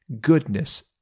goodness